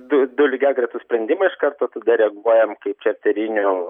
du du lygiagretūs sprendimai iš karto tada reaguojam kai čarterinių